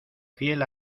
fiel